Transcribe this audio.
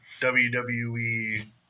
WWE